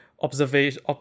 observation